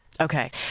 Okay